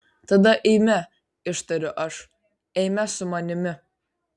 tada eime ištariu aš eime su manimi